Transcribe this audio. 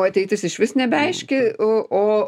o ateitis išvis neaiški o o